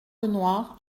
lenoir